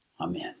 Amen